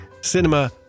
Cinema